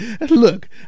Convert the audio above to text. look